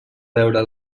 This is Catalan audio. veure